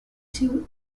she